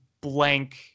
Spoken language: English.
blank